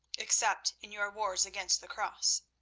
except in your wars against the cross.